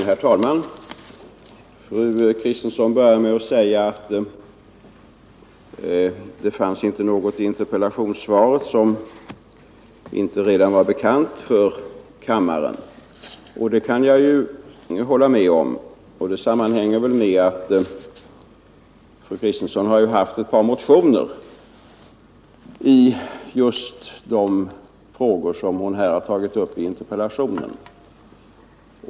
Herr talman! Fru Kristensson började med att säga att det inte fanns något i interpellationssvaret som inte redan var bekant för kammarens ledamöter, och det kan jag hålla med om. Det sammanhänger med att fru Kristensson väckt ett par motioner i just de frågor som hon tagit upp i interpellationen.